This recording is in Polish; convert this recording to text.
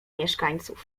mieszkańców